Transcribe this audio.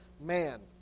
man